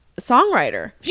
songwriter